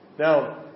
Now